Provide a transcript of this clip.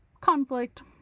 conflict